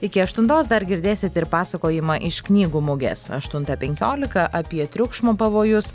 iki aštuntos dar girdėsit ir pasakojimą iš knygų mugės aštuntą penkiolika apie triukšmo pavojus